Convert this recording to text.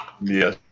Yes